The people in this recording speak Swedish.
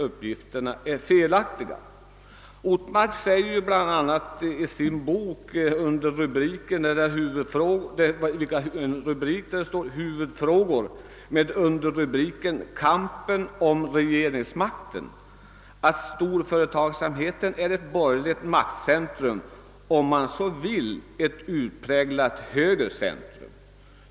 Ortmark skriver bl.a. i kapitlet »Huvudfrågor», med underrubriken »Kampen om regeringsmakten»: »Storföretagsamheten är ett borgerligt maktcentrum, om man så vill ett utpräglat högercentrum.